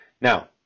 Now